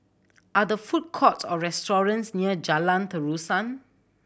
are the food courts or restaurants near Jalan Terusan